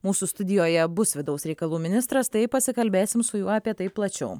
mūsų studijoje bus vidaus reikalų ministras tai pasikalbėsim su juo apie tai plačiau